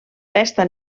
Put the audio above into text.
pesta